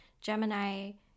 Gemini